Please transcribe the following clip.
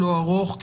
לא ארוך,